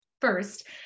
First